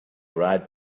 right